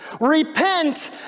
repent